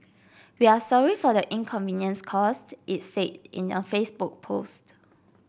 we are sorry for the inconvenience caused it said in a Facebook post